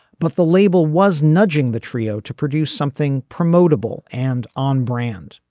but the label was nudging the trio to produce something promotable and on brand.